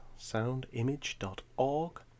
soundimage.org